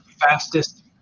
fastest